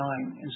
nine